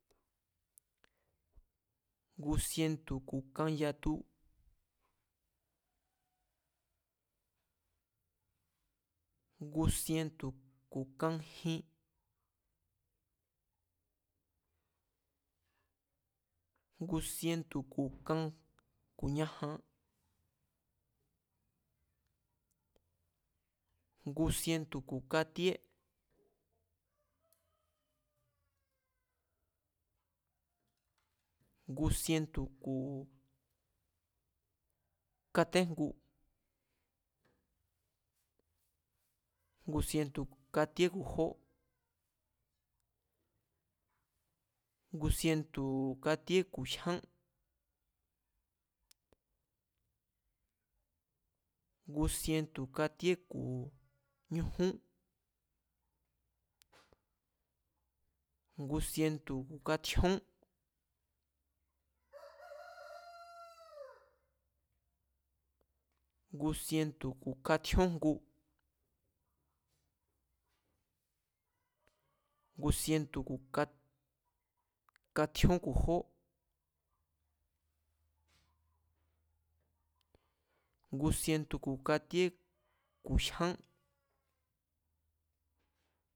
Ngu sientu̱ ku̱ kayatu, ngu sientu̱ ku̱ kajin, ngu sientu̱ ku̱ kañajan, ngu sientu̱ ku̱ katíé, ngu sientu̱ ku̱ katéjngu, ngu sientu̱ ku̱ katíé ku̱ jó, ngu sientu̱ katíé ku̱ jyán